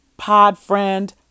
Podfriend